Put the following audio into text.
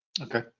Okay